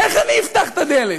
איך אני אפתח את הדלת?